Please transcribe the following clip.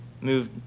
move